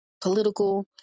political